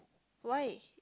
why